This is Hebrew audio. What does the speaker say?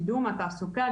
קידום התעסוקה,